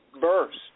burst